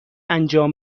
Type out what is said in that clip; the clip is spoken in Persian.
انجام